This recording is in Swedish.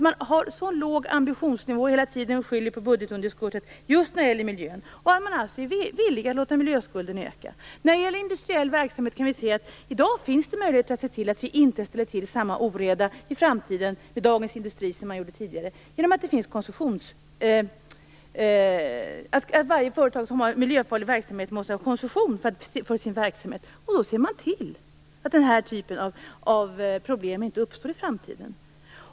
Man har hela tiden låg ambitionsnivå, man skyller på budgetunderskottet just när det gäller miljön och man är alltså villig att låta miljöskulden öka. När det gäller industriell verksamhet finns det möjlighet att se till att vi med dagens industri inte ställer till samma oreda i framtiden som man gjorde tidigare. Varje företag som bedriver miljöfarlig verksamhet måste ju ha koncession för sin verksamhet, och då kan vi se till att den här typen av problem inte uppstår i framtiden.